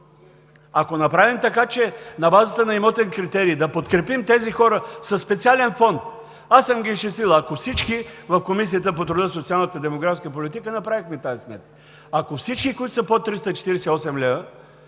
ако направим така, че на базата на имотен критерий подкрепим тези хора със специален фонд – аз съм ги изчислил, ако всички в Комисията по труда, социалната и демографската политика направихме тази сметка – ако всички, които са под 348 лв.